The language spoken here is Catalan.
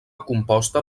composta